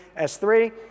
S3